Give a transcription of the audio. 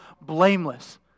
blameless